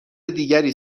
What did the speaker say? دیگری